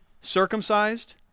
circumcised